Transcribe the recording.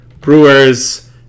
Brewers